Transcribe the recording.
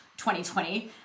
2020